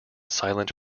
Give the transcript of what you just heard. silent